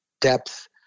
depth